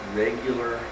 regular